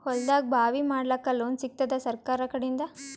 ಹೊಲದಾಗಬಾವಿ ಮಾಡಲಾಕ ಲೋನ್ ಸಿಗತ್ತಾದ ಸರ್ಕಾರಕಡಿಂದ?